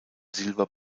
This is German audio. silber